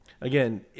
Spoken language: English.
Again